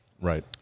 Right